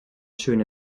schöne